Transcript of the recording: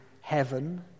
heaven